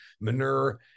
manure